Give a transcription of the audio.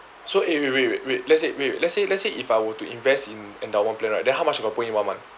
so eh wait wait wait let's say wait let's say let's say if I were to invest in endowment plan right then how much I got put in one month